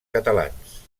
catalans